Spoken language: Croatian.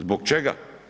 Zbog čega?